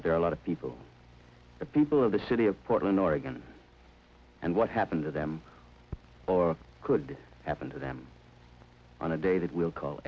but there are a lot of people the people of the city of portland oregon and what happened to them or could happen to them on a day that we'll call